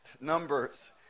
numbers